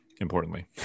importantly